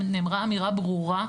נאמרה אמירה ברורה,